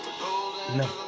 No